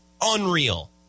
unreal